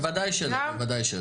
בוודאי שלא.